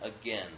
again